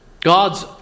God's